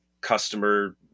customer